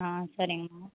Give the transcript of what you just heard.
ஆ சரிங்கம்மா